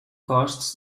costs